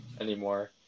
anymore